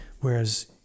Whereas